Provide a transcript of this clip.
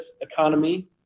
economy